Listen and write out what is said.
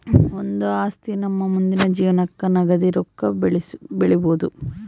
ಒಂದು ಆಸ್ತಿ ನಮ್ಮ ಮುಂದಿನ ಜೀವನಕ್ಕ ನಗದಿ ರೊಕ್ಕ ಬೆಳಿಬೊದು